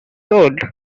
old